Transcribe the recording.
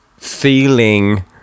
Feeling